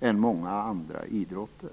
än vad som gäller för andra idrotter.